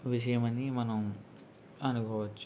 విషయం అని మనం అనుకోవచ్చు